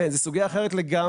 כן, זו סוגיה אחרת לגמרי.